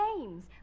games